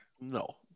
No